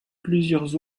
plusieurs